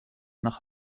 nach